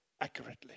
accurately